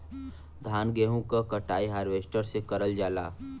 धान गेहूं क कटाई हारवेस्टर से करल जाला